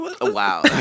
Wow